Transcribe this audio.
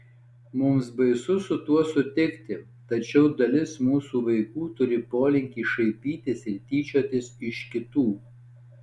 mums baisu su tuo sutikti tačiau dalis mūsų vaikų turi polinkį šaipytis ir tyčiotis iš kitų